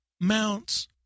mounts